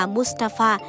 Mustafa